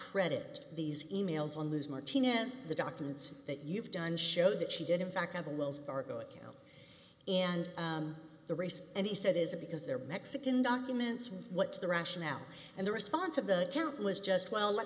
credit these e mails on lose martinez the documents that you've done show that she did in fact have a wells fargo account and the racist and he said is it because they're mexican documents what's the rationale and the response of the account was just well let